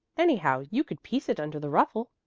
anyhow you could piece it under the ruffle.